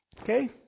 Okay